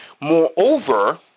Moreover